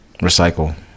recycle